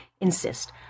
insist